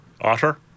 Otter